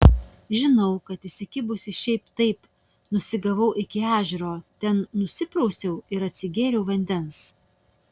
žinau kad įsikibusi šiaip taip nusigavau iki ežero ten nusiprausiau ir atsigėriau vandens